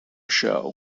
show